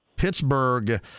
Pittsburgh